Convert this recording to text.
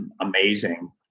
amazing